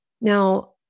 Now